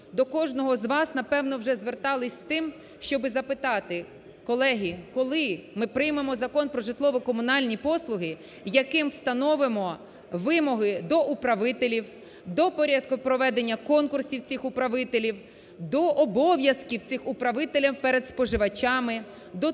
до кожного з вас, напевно, вже звертались з тим, щоб запитати, колеги, коли ми приймемо Закон про житлово-комунальні послуги, який встановимо вимоги до управителів, до порядку проведення конкурсів цих управителів, до обов'язків цих управителів перед споживачами, до того,